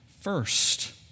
First